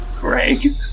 Greg